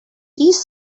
these